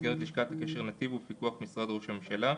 במסגרת לשכת הקשר "נתיב" ובפיקוח משרד ראש הממשלה.